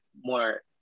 more